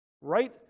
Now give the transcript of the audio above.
right